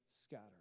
scatter